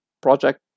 project